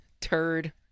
turd